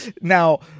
now